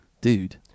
dude